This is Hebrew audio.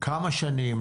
כמה שנים,